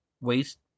waste